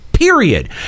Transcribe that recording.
Period